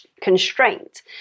constraint